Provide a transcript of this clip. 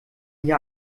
hier